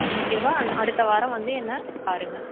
ஓகேவா அன் அடுத்த வாரம் வந்து என்னை பாருங்க